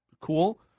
cool